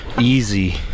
easy